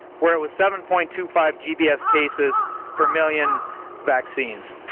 where it was seven point two five gbs cases per million vaccines.